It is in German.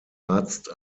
arzt